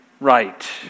right